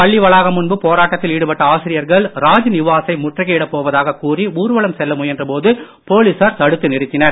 பள்ளி வளாகம் முன்பு போராட்டத்தில் ஈடுபட்ட ஆசிரியர்கள் ராஜ் நிவாசை முற்றுகையிட போவதாக கூறி ஊர்வலம் செல்ல முயன்றபோது போலீசார் தடுத்து நிறுத்தினர்